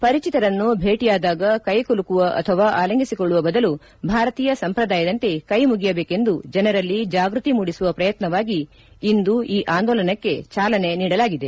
ಪರಿಚಿತರನ್ನು ಭೇಟಿಯಾದಾಗ ಕೈಕುಲುಕುವ ಅಥವಾ ಆಲಂಗಿಸಿಕೊಳ್ಳುವ ಬದಲು ಭಾರತೀಯ ಸಂಪ್ರದಾಯದಂತೆ ಕೈ ಮುಗಿಯಬೇಕೆಂದು ಜನರಲ್ಲಿ ಜಾಗೃತಿ ಮೂಡಿಸುವ ಪ್ರಯತ್ವವಾಗಿ ಇಂದು ಈ ಅಂದೋಲನಕ್ಕೆ ಚಾಲನೆ ನೀಡಲಾಗಿದೆ